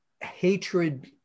hatred